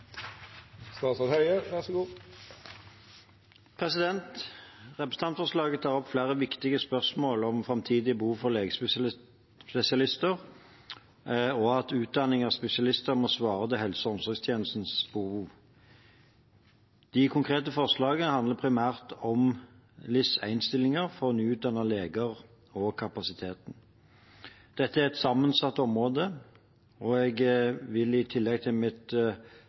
Representantforslaget tar opp flere viktige spørsmål om framtidige behov for legespesialister og at utdanning av spesialister må svare til helse- og omsorgstjenestenes behov. De konkrete forslagene handler primært om LIS1-stillinger for nyutdannede leger og kapasiteten. Dette er et sammensatt område, og jeg vil, i tillegg til mitt